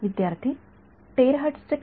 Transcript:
विद्यार्थीः तेराहर्ट्ज चे काय